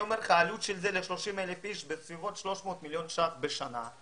העלות של זה ל-30,000 איש - בסביבות 300 מיליון ₪ בשנה.